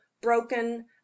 broken